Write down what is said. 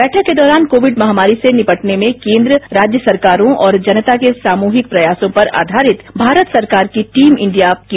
बैठक के दौरान कोविड महामारी से निपटने में केन्द्र राज्य सरकारो और जनता के सामूहिक प्रयासों पर आयारित भारत सरकार भी की